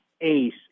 ace